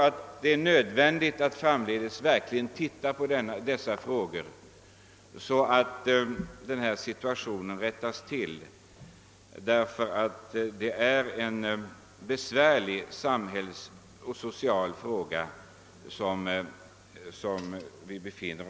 Det är nödvändigt att dessa förhållanden granskas och att det sker en rättelse, ty det gäller här ett besvärligt socialt problem och en rättvisefråga.